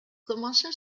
commença